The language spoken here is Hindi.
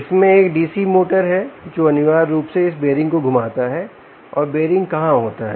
इसमें एक डीसी मोटर है जो अनिवार्य रूप से इस बीयरिंग को घुमाता है और बीयरिंग कहां होता है